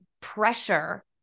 pressure